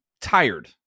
tired